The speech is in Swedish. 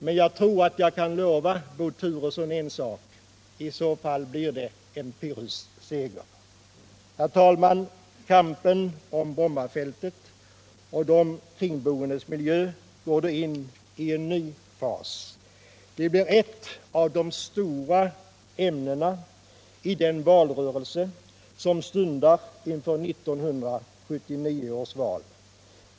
Men jag tror att jag kan lova Bo Turesson en sak: I så fall blir det en pyrrusseger. Herr talman! Kampen om Bromma flygfält går då in i en ny fas. Det blir ett av de stora ämnena i den valrörelse som stundar inför 1979 års val.